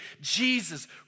Jesus